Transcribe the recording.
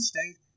State